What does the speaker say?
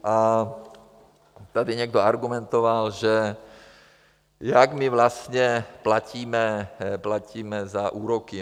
A tady někdo argumentoval, že jak my vlastně platíme za úroky.